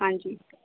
ਹਾਂਜੀ